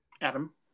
Adam